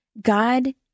God